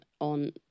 on